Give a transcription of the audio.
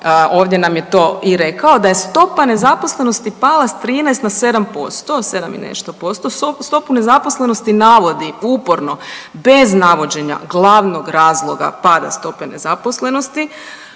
ovdje nam je to i rekao, da se stopa nezaposlenosti pala s 13 na 7%, 7 i nešto posto, stopu nezaposlenosti navodi uporno bez navođenja glavnog razloga pada stope nezaposlenosti,